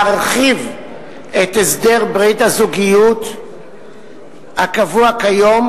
להרחיב את הסדר ברית הזוגיות הקבוע כיום